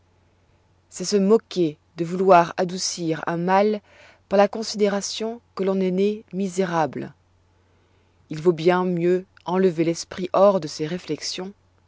c'est se moquer de vouloir adoucir un mal par la considération que l'on est né misérable il vaut bien mieux enlever l'esprit hors de ses réflexions